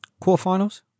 Quarterfinals